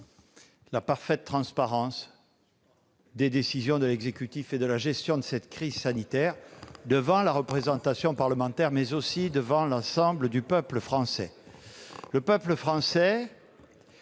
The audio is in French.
la parfaite transparence des décisions de l'exécutif et de la gestion de cette crise sanitaire, devant la représentation nationale, mais aussi devant l'ensemble du peuple français.